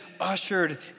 ushered